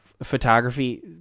photography